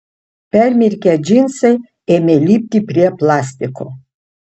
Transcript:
permirkę džinsai ėmė lipti prie plastiko